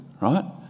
right